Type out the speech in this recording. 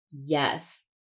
Yes